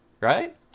right